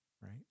right